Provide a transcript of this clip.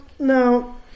No